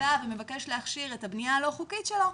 בא ומבקש להכשיר את הבנייה הלא חוקית שלו,